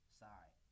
side